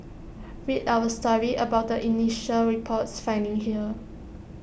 read our story about the initial report's findings here